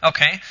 Okay